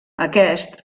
aquest